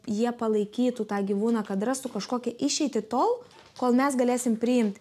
jie palaikytų tą gyvūną kad rastų kažkokią išeitį tol kol mes galėsim priimti